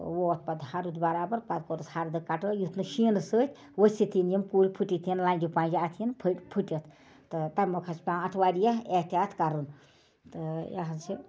تہٕ ووت پتہٕ ہَرُد برابر پَتہٕ کٔرٕس ہَردٕ کَٹٲیۍ یُتھ نہٕ شیٖن پٮ۪نہٕ سۭتۍ ؤسِتھ یِن یِم کُلۍ فُٹِتھ یِن لَنٛجہٕ پَنٛجہٕ اَتھ یِن فُہ فُٹِتھ تہٕ تٔمۍ مۄکھ حظ چھِ پٮ۪وان اَتھ واریاہ احتیاط کَرُن تہٕ یہِ حظ یہِ